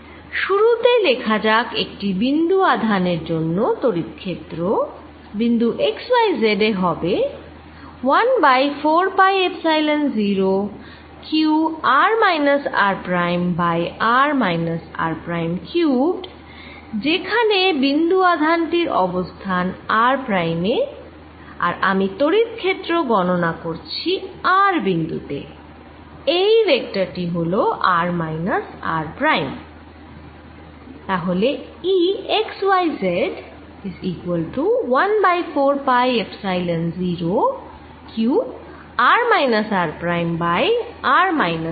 শুরু করতে লেখা যাক একটি বিন্দু আধান এর জন্য তড়িৎ ক্ষেত্র বিন্দু x y z এ হবে 1বাই 4পাই epsilon 0 q r minus r prime by r minus r prime cubed যেখানে বিন্দু আধান টির অবস্থান r প্রাইম এ আর আমি তড়িৎ ক্ষেত্র গননা করছি r বিন্দু তে এই ভেক্টর টি হল r মাইনাস r প্রাইম